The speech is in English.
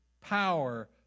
power